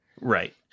Right